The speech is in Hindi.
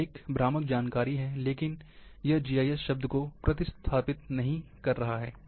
यह एक भ्रामक जानकारी है लेकिन यह जीआईएस शब्द को प्रतिस्थापित नहीं कर रहा है